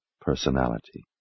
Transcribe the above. personality